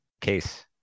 case